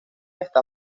está